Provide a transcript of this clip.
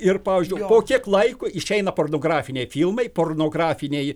ir pavyzdžiui po kiek laiko išeina pornografiniai filmai pornografiniai